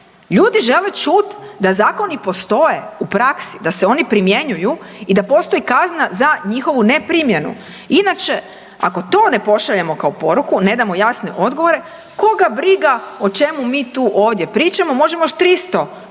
Ljudi žele čuti da zakoni postoje u praksi, da se oni primjenjuju i da postoji kazna za njegovu ne primjenu. Inače ako to ne pošaljemo kao poruku, ne damo jasne odgovore koga briga o čemu mi tu ovdje pričamo. Možemo još 300 super